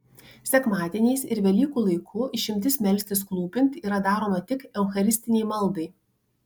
sekmadieniais ir velykų laiku išimtis melstis klūpint yra daroma tik eucharistinei maldai